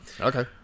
Okay